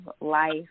life